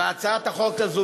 בהצעת החוק הזאת,